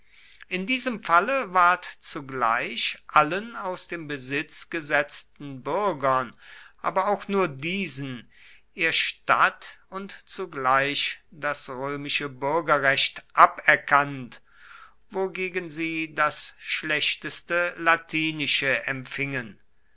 in diesem falle ward zugleich allen aus dem besitz gesetzten bürgern aber auch nur diesen ihr stadt und zugleich das römische bürgerrecht aberkannt wogegen sie das schlechteste latinische empfingen